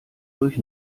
durch